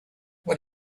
what